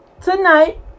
tonight